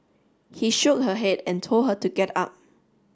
he shook her head and told her to get up